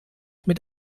mit